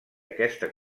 aquesta